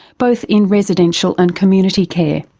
both in residential and community care.